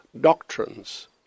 doctrines